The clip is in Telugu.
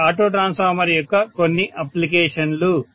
ఇవి ఆటో ట్రాన్స్ఫార్మర్ యొక్క కొన్ని అప్లికేషన్లు